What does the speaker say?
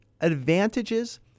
advantages